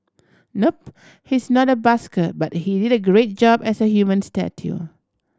nope he's not a busker but he did a great job as a human statue